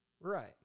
Right